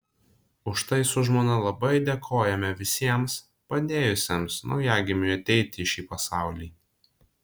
už tai su žmona labai dėkojame visiems padėjusiems naujagimiui ateiti į šį pasaulį